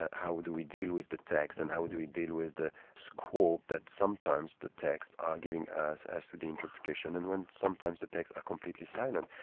how do we deal with the text, and how do we deal with the scope that sometimes the texts are giving us as to the interpretation, and when sometimes the texts are completely silent.